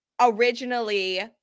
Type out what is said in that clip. originally